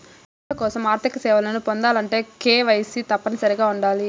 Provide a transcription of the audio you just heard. పరిశ్రమల కోసం ఆర్థిక సేవలను పొందాలంటే కేవైసీ తప్పనిసరిగా ఉండాలి